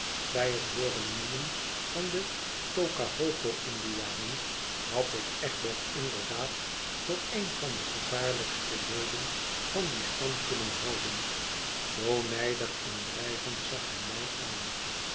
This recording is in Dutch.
bij het hooren noemen van de tockahoopo indianen had ik egbert inderdaad voor een van de gevaarlijkste leden van dien stam kunnen houden zoo nijdig en dreigend zag hij mij aan